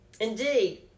Indeed